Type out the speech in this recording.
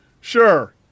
Sure